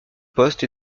poste